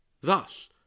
Thus